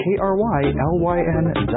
K-R-Y-L-Y-N